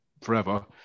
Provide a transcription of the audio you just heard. forever